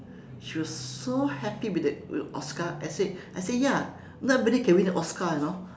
she was so happy with that with oscar I said I said ya not everybody can win an oscar you know